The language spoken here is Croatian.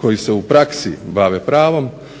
koji se u praksi bave pravom